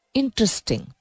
interesting